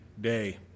day